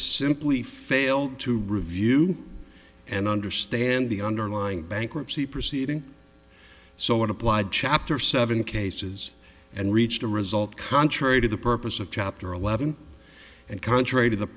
simply failed to review and understand the underlying bankruptcy proceeding so it applied chapter seven cases and reached a result contrary to the purpose of chapter eleven and contrary to the